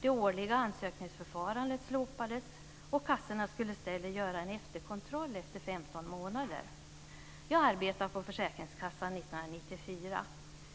Det årliga ansökningsförfarandet slopades, och kassorna skulle i stället göra en efterkontroll efter Jag arbetade på försäkringskassan 1994.